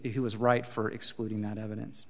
he was right for excluding that evidence